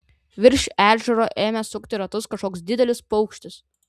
virš ežero ėmė sukti ratus kažkoks didelis paukštis